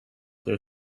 their